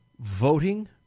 voting